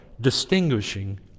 distinguishing